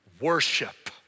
Worship